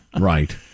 Right